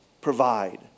provide